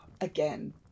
again